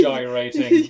Gyrating